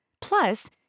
Plus